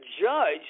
judge